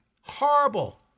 horrible